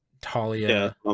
Talia